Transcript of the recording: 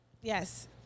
yes